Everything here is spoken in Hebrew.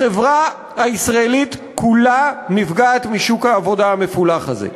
החברה הישראלית כולה נפגעת משוק העבודה המפולח הזה,